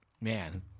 man